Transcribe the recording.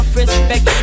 respect